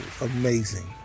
Amazing